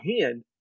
hand